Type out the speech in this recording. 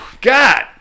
God